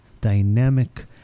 dynamic